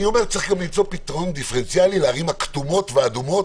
אני אומר שצריך למצוא פתרון דיפרנציאלי לערים כתומות ואדומות.